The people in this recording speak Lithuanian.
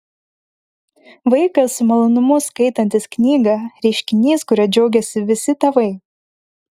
vaikas su malonumu skaitantis knygą reiškinys kuriuo džiaugiasi visi tėvai